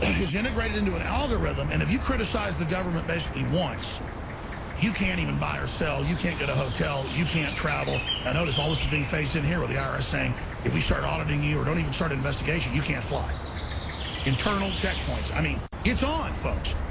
is integrated into an algorithm and if you criticize the government basically once you can't even buy or sell you can't get a hotel you can't travel i notice all this is being phased in here or the irs ah saying if we start auditing you or don't even start investigation you can't fly internal checkpoints. i mean it's on folks,